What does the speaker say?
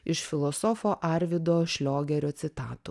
iš filosofo arvydo šliogerio citatų